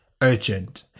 urgent